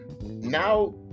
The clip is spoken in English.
now